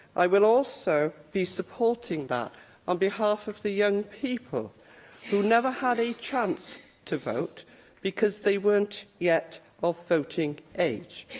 i will also be supporting that on behalf of the young people who never had a chance to vote because they weren't yet of voting age,